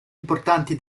importanti